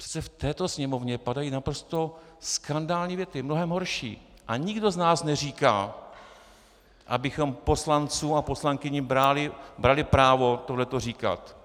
Prostě v této Sněmovně padají naprosto skandální věty, mnohem horší, a nikdo z nás neříká, abychom poslancům a poslankyním brali právo tohle říkat.